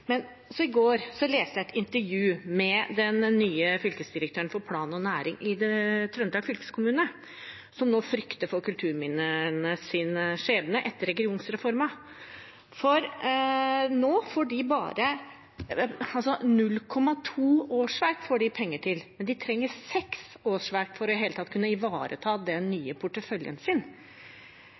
Men i går leste jeg et intervju med den nye fylkesdirektøren for plan og næring i Trøndelag fylkeskommune, som nå frykter for kulturminnenes skjebne etter regionreformen. Nå får de bare penger til 0,2 årsverk, men de trenger 6 årsverk for i det hele tatt å kunne ivareta den nye porteføljen sin.